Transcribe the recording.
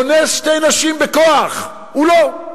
אונס שתי נשים בכוח, הוא לא.